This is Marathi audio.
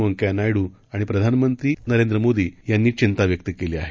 व्यंकैय्यानायडू आणि प्रधानमंत्री नरेंद्र मोदी यांनीचिंताव्यक्तकेलीआहे